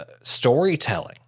storytelling